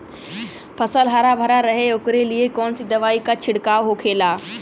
फसल हरा भरा रहे वोकरे लिए कौन सी दवा का छिड़काव होखेला?